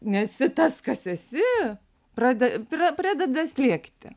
nesi tas kas esi prade pra pradeda slėgti